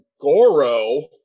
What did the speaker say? Goro